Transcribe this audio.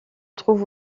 trouve